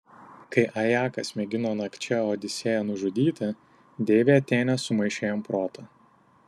kai ajakas mėgino nakčia odisėją nužudyti deivė atėnė sumaišė jam protą